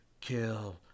kill